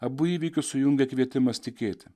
abu įvykius sujungia kvietimas tikėti